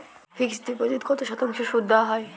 Fixed ডিপোজিটে কত শতাংশ সুদ দেওয়া হয়?